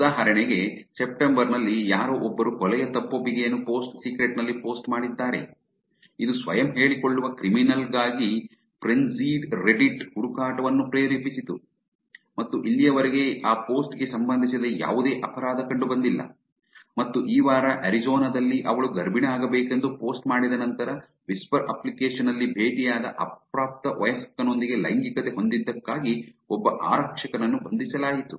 ಉದಾಹರಣೆಗೆ ಸೆಪ್ಟೆಂಬರ್ ನಲ್ಲಿ ಯಾರೋ ಒಬ್ಬರು ಕೊಲೆಯ ತಪ್ಪೊಪ್ಪಿಗೆಯನ್ನು ಪೋಸ್ಟ್ ಸೀಕ್ರೆಟ್ ನಲ್ಲಿ ಪೋಸ್ಟ್ ಮಾಡಿದ್ದಾರೆ ಇದು ಸ್ವಯಂ ಹೇಳಿಕೊಳ್ಳುವ ಕ್ರಿಮಿನಲ್ ಗಾಗಿ ಫ್ರೆಂಜಿಯ್ಡ್ ರೆಡ್ಡಿಟ್ ಹುಡುಕಾಟವನ್ನು ಪ್ರೇರೇಪಿಸಿತು ಮತ್ತು ಇಲ್ಲಿಯವರೆಗೆ ಆ ಪೋಸ್ಟ್ ಗೆ ಸಂಬಂಧಿಸಿದ ಯಾವುದೇ ಅಪರಾಧ ಕಂಡುಬಂದಿಲ್ಲ ಮತ್ತು ಈ ವಾರ ಅರಿಜೋನಾ ದಲ್ಲಿ ಅವಳು ಗರ್ಭಿಣಿಯಾಗಬೇಕೆಂದು ಪೋಸ್ಟ್ ಮಾಡಿದ ನಂತರ ವಿಸ್ಪರ್ ಅಪ್ಲಿಕೇಶನ್ ನಲ್ಲಿ ಭೇಟಿಯಾದ ಅಪ್ರಾಪ್ತ ವಯಸ್ಕನೊಂದಿಗೆ ಲೈಂಗಿಕತೆ ಹೊಂದಿದ್ದಕ್ಕಾಗಿ ಒಬ್ಬ ಆರಕ್ಷಕನನ್ನು ಬಂಧಿಸಲಾಯಿತು